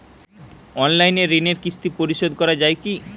Online ঋণের কিস্তি পরিশোধ করা যায় কি?